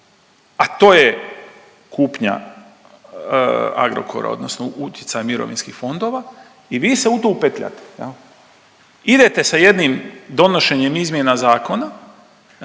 a to je kupnja Agrokora odnosno utjecaj mirovinskih fondova i vi se u to upetljate. Idete sa jednim donošenjem izmjena zakona